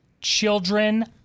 children